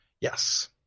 Yes